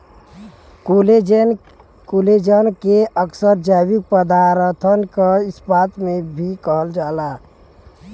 collagen के अक्सर जैविक पदारथन क इस्पात भी कहल जाला